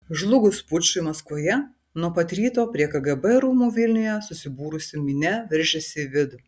žlugus pučui maskvoje nuo pat ryto prie kgb rūmų vilniuje susibūrusi minia veržėsi į vidų